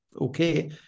okay